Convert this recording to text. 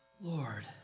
Lord